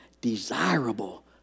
Desirable